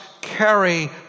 carry